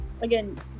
again